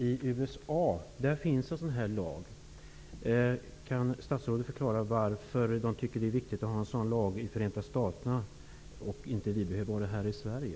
I USA finns en särskild lag. Kan statsrådet förklara varför man i Förenta staterna tycker att det är viktigt att ha en sådan lag och varför vi inte behöver ha en sådan lag här i Sverige?